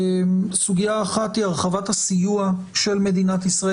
סוגיה אחת היא הרחבת הסיוע של מדינת ישראל